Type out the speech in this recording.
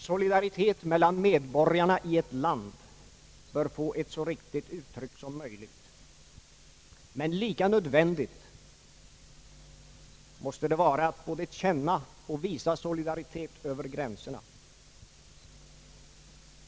Solidaritet mellan medborgarna i ett land bör få ett så riktigt uttryck som möjligt, men lika nödvändigt måste det vara att både känna och visa solidaritet över gränserna.